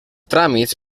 tràmits